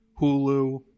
Hulu